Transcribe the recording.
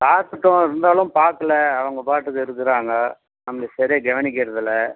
பார்த்துட்டோம் இருந்தாலும் பார்க்கல அவங்க பாட்டுக்கு இருக்கிறாங்க நம்மளை சரியாக கவனிக்கிறது இல்லை